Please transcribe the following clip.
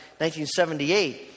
1978